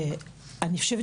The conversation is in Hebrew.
אני חושבת